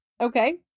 Okay